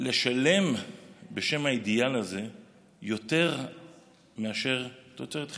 לשלם בשם האידיאל הזה יותר מאשר על תוצרת חיצונית.